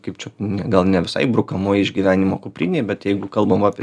kaip čia ne gal ne visai brukamoj išgyvenimo kuprinėj bet jeigu kalbama apie